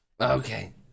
Okay